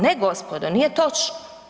Ne gospodo, nije točno.